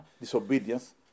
Disobedience